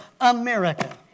America